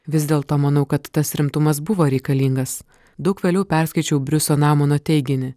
vis dėlto manau kad tas rimtumas buvo reikalingas daug vėliau perskaičiau briuso namano teiginį